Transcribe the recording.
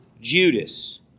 Judas